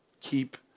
Keep